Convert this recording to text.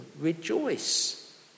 rejoice